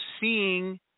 seeing